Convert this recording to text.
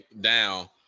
down